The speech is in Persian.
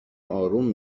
آروم